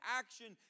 action